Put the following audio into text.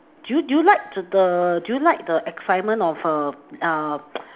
do you do you like the do you like the excitement of err err